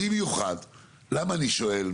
במיוחד, למה אני שואל?